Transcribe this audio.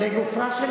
כלל חדש.